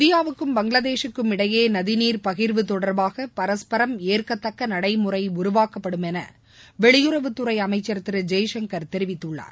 இந்தியாவுக்கும் பங்களாதேஷூக்கும் இடையே நதிநீர் பகிர்வு தொடர்பாக பரஸ்பரம் ஏற்கத்தக்க நடைமுறை உருவாக்கப்படும் என வெளியுறவுத்துறை அமைச்சர் திரு ஜெய்சங்கர் தெரிவித்துள்ளார்